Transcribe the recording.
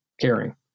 caring